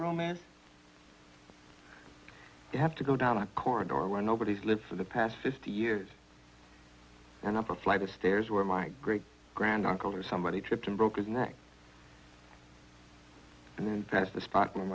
romance you have to go down a corridor or where nobody's lives in the past fifty years and up a flight of stairs where my great grand uncle or somebody tripped and broke his neck and that's the spot whe